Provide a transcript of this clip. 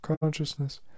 consciousness